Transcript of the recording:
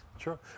sure